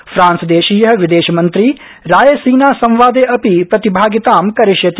France देशीय विदेशमन्त्री रायसीना संवादे अपि प्रतिभागितां करिष्यति